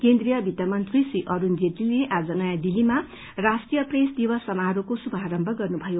केन्द्रीय वित्तमंन्त्री श्री अरूण जेटलीले आज नयाँ दिल्लीमा राष्ट्रीय प्रेस दिवस समारोहको शुभारम्भ गर्नुभयो